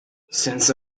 since